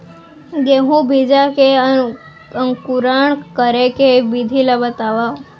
गेहूँ बीजा के अंकुरण करे के विधि बतावव?